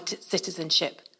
citizenship